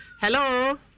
Hello